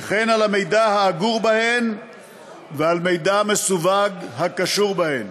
וכן על המידע האגור בהן ועל מידע מסווג הקשור בהן.